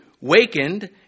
wakened